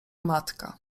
matka